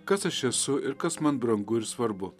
kas aš esu ir kas man brangu ir svarbu